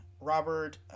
Robert